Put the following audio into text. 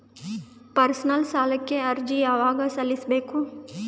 Personal ಸಾಲಕ್ಕೆ ಅರ್ಜಿ ಯವಾಗ ಸಲ್ಲಿಸಬೇಕು?